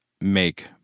make